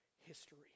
history